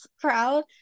crowd